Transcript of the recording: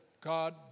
God